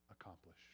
accomplish